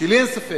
שאין לי ספק